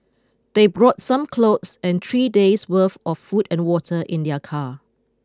they brought some clothes and three days' worth of food and water in their car